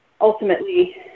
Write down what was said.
ultimately